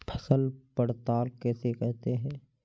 फसल पड़ताल किसे कहते हैं?